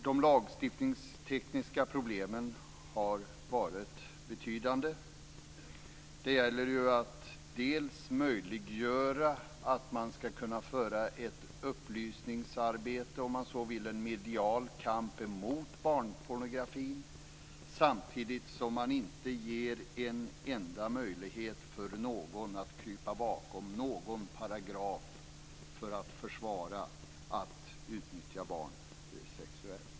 De lagstiftningstekniska problemen har varit betydande. Det gäller att göra det möjligt att föra ett upplysningsarbete, om man så vill en medial kamp mot barnpornografi, samtidigt som man inte ger en enda möjlighet för någon att krypa bakom någon paragraf för att försvara ett sexuellt utnyttjande av barn.